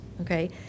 okay